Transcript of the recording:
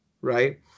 right